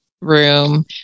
room